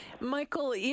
Michael